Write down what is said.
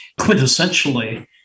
quintessentially